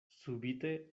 subite